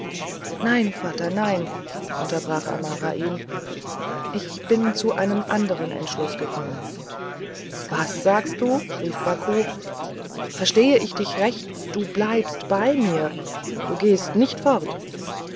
nein vater nein unterbrach amara ihn ich bin zu einem anderen entschluß gekommen was sagst du rief baku verstehe ich dich recht du bleibst bei mir du gehst nicht fort